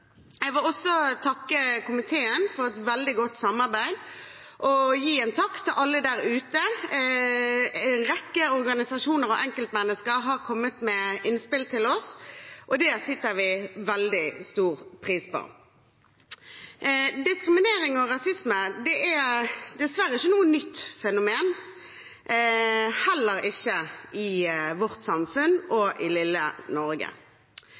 Jeg vil også takke komiteen for et veldig godt samarbeid og gi en takk til alle der ute. En rekke organisasjoner og enkeltmennesker har kommet med innspill til oss, og det setter vi veldig stor pris på. Diskriminering og rasisme er dessverre ikke noe nytt fenomen, heller ikke i vårt samfunn og i lille Norge.